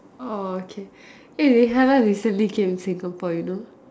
orh okay eh Rihanna recently came Singapore you know